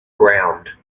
ground